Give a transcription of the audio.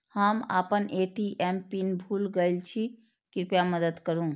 हम आपन ATM PIN भूल गईल छी, कृपया मदद करू